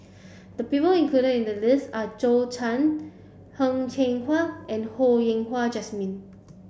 the people included in the list are Zhou Can Heng Cheng Hwa and Ho Yen Wah Jesmine